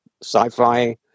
sci-fi